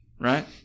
right